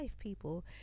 people